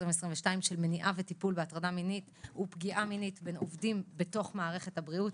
של מניעה וטיפול בהטרדה ופגיעה מינית בעובדים בתוך מערכת הבריאות.